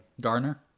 Garner